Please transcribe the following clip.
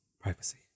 privacy